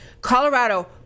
Colorado